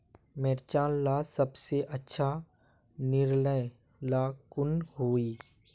मिर्चन ला सबसे अच्छा निर्णय ला कुन होई?